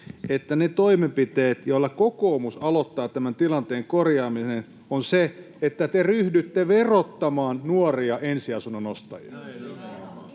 että se toimenpide, jolla kokoomus aloittaa tämän tilanteen korjaamisen, on se, että te ryhdytte verottamaan nuoria ensiasunnon ostajia